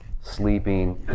sleeping